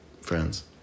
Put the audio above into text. friends